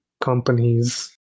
companies